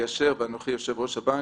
טופינסקי-אשר ואנוכי יושב-ראש הבנק,